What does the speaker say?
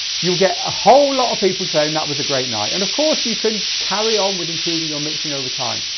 you'll get a whole lot of people saying that was a great night, and of course you could carry on with improving your mixing over time.